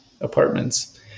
apartments